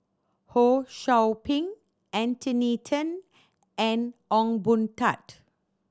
Ho Sou Ping Anthony Then and Ong Boon Tat